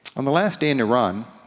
on the last day in iran,